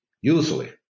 usually